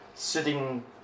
sitting